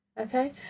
Okay